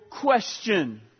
question